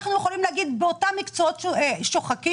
אנחנו יכולים לומר שבאותם מקצועות שוחקים,